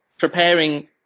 preparing